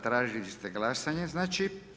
Tražili ste glasanje znači.